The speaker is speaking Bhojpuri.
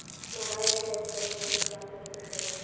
मोबाइल रीचार्ज करे खातिर का करे के पड़ी?